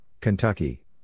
Kentucky